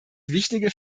wichtige